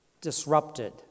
disrupted